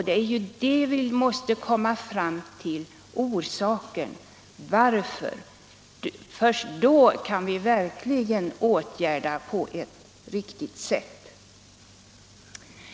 Det är det vi måste komma fram till — orsakerna! Först då kan vi verkligen åtgärda på ett riktigt sätt.